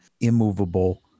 immovable